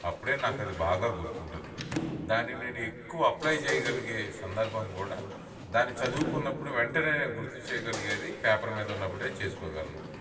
అప్పుడే నాకది బాగా గుర్తుంటుంది దాన్ని నేను ఎక్కువ అప్లయ్ చేయగలిగే సంధర్భం గూడా దాన్ని చదువుకున్నప్పుడు వెంటనే గుర్తు చేయగలిగేది పేపర్ మీద ఉన్నప్పుడే చేసుకోగలను